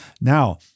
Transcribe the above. Now